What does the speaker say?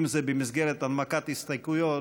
אם זה במסגרת הנמקת הסתייגויות,